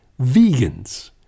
vegans